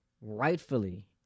rightfully